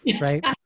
right